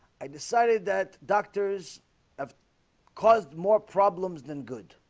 i decided that doctors have caused more problems than good.